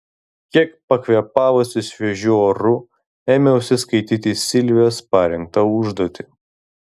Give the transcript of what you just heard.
kiek pakvėpavusi šviežiu oru ėmiausi skaityti silvijos parengtą užduotį